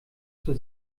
zur